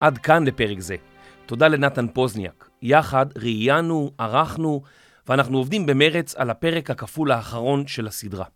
עד כאן לפרק זה, תודה לנתן פוזניאק, יחד, ראיינו, ערכנו ואנחנו עובדים במרץ על הפרק הכפול האחרון של הסדרה.